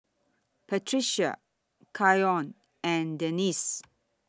Patrica Keion and Denisse